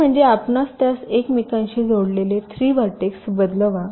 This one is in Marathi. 3 म्हणजे आपणास त्यास एकमेकांशी जोडलेले 3 व्हर्टेक्स बदलवा